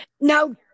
no